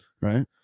right